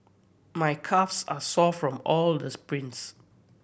my calves are sore from all the sprints